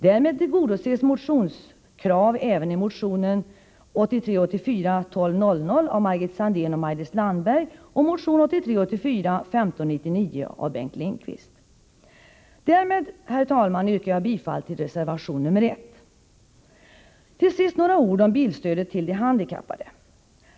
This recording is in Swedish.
Därmed tillgodoses även kraven i motionerna 1983 84:1599 av Bengt Lindqvist. Därmed, herr talman, yrkar jag bifall till reservation nr 1. Till sist några ord om bilstödet till de handikappade.